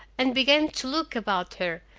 and began to look about her,